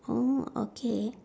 orh okay